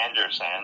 Anderson